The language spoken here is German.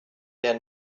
der